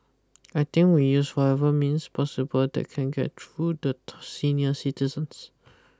I think we use whatever means possible that can get through the to senior citizens